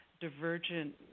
divergent